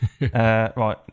right